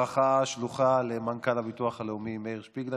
ברכה שלוחה למנכ"ל הביטוח הלאומי מאיר שפיגלר.